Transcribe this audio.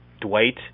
Dwight